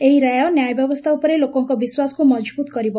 ଏହି ରାୟ ନ୍ୟାୟ ବ୍ୟବସ୍ଚା ଉପରେ ଲୋକଙ୍କ ବିଶ୍ୱାସକୁ ମଜଭୁତ କରିବ